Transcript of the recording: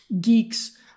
geeks